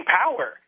power